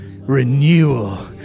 renewal